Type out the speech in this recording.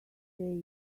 say